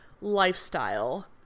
lifestyle